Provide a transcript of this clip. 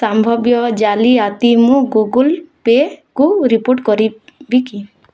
ସମ୍ଭବ୍ୟ ଜାଲିଆତି ମୁଁ ଗୁଗଲ୍ ପେକୁ ରିପୋର୍ଟ କରିବି କି